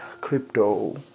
crypto